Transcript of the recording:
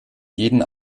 jeden